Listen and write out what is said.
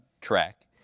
track